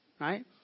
right